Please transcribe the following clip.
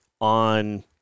on